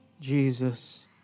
Jesus